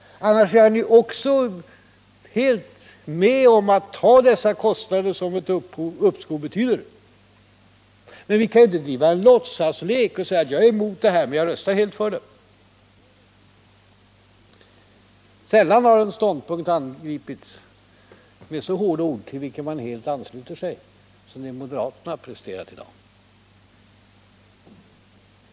Annars är han helt med om att ta dessa kostnader som ett uppskov betyder. Men man kan inte bedriva en låtsaslek och säga: Jag är emot det här, men jag röstar helt för det. Sällan har en ståndpunkt angripits med så hårda ord, till vilka man helt ansluter sig, som när det gäller det moderaterna presterat i dag.